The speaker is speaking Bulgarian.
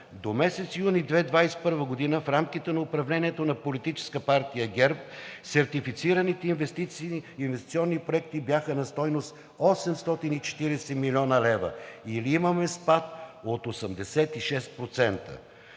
До месец юни 2021 г., в рамките на управлението на Политическа партия ГЕРБ, сертифицираните инвестиционни проекти бяха на стойност 840 млн. лв., или имаме спад от 86%.